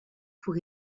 pour